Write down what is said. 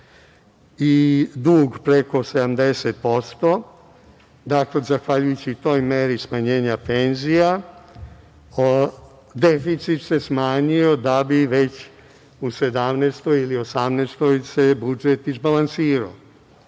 i dug preko 70%, da zahvaljujući toj meri smanjenja penzija, deficit se smanjio da bi već u 2017. godini ili 2018. godini budžet se izbalansirao. To